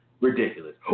Ridiculous